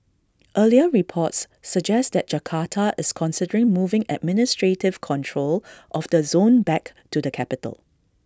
earlier reports suggest that Jakarta is considering moving administrative control of the zone back to the capital